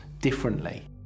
differently